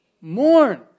Mourn